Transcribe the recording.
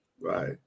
Right